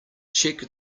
check